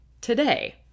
today